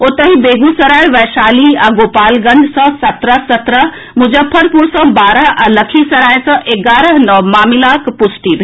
ओतहि बेगूसराय वैशाली आ गोपालगंज सँ सत्रह सत्रह मुजफ्फरपुर सँ बारह आ लखीसराय सँ एगारह नव मामिलाक पुष्टि भेल